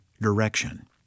direction